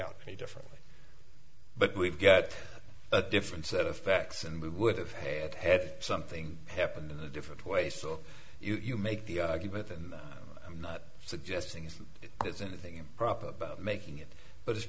out any differently but we've got a different set of facts and we would have had had something happened in a different way so you make the argument and i'm not suggesting it's anything improper about making it but it's